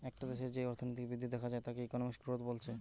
একটা দেশের যেই অর্থনৈতিক বৃদ্ধি দেখা যায় তাকে ইকোনমিক গ্রোথ বলছে